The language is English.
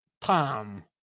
Tom